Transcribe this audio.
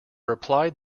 replied